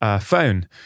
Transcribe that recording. phone